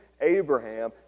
Abraham